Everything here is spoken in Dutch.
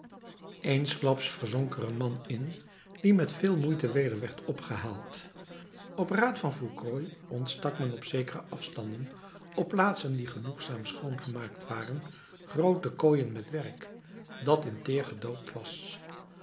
verzonk er een man in die met veel moeite weder werd opgehaald op raad van fourcroy ontstak men op zekere afstanden op plaatsen die genoegzaam schoon gemaakt waren groote kooien met werk dat in teer gedoopt was